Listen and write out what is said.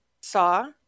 saw